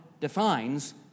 defines